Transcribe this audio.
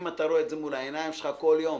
אם אתה רואה את זה מול העיניים שלך כל יום,